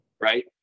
right